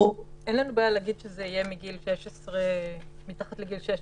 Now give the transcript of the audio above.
אין לנו בעיה להגיד שמתחת לגיל 16